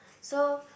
so